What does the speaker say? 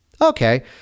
okay